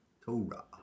torah